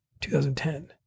2010